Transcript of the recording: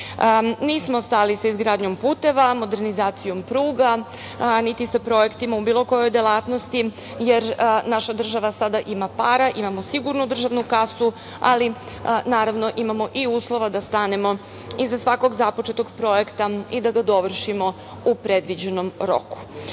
Nismo stali sa izgradnjom puteva, modernizacijom pruga, niti sa projektima u bilo kojoj delatnosti, jer naša država sada ima para, imamo sigurnu državnu kasu, ali naravno imamo i uslova da stanemo iza svakog započetog projekta i da ga dovršimo u predviđenom